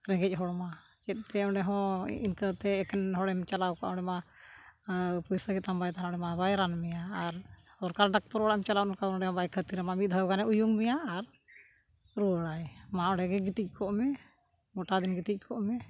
ᱨᱮᱸᱜᱮᱡ ᱦᱚᱲ ᱢᱟ ᱪᱮᱫ ᱛᱮ ᱚᱸᱰᱮᱦᱚᱸ ᱤᱱᱠᱟᱹᱛᱮ ᱮᱠᱷᱮᱱ ᱦᱚᱲᱮᱢ ᱪᱟᱞᱟᱣ ᱠᱚᱜᱼᱟ ᱚᱸᱰᱮᱢᱟ ᱯᱚᱭᱥᱟ ᱜᱮᱛᱟᱢ ᱵᱟᱭ ᱛᱟᱦᱮᱸᱞᱮᱱᱟ ᱚᱸᱰᱮᱢᱟ ᱵᱟᱭ ᱨᱟᱱ ᱢᱮᱭᱟ ᱟᱨ ᱥᱚᱨᱠᱟᱨ ᱰᱟᱠᱛᱚᱨ ᱚᱲᱟᱜ ᱮᱢ ᱪᱟᱞᱟᱣ ᱱᱚᱝᱠᱟ ᱚᱸᱰᱮ ᱵᱟᱭ ᱠᱷᱟᱹᱛᱤᱨᱟᱢᱟ ᱢᱤᱫ ᱫᱷᱟᱣ ᱜᱟᱱᱮ ᱩᱭᱩᱝ ᱢᱮᱭᱟ ᱟᱨ ᱨᱩᱣᱟᱹᱲ ᱟᱭ ᱢᱟ ᱚᱸᱰᱮᱜᱮ ᱜᱤᱛᱤᱡ ᱠᱚᱜᱼᱢᱮ ᱜᱚᱴᱟ ᱫᱤᱱ ᱜᱤᱛᱤᱡ ᱠᱚᱜᱼᱢᱮ